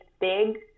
big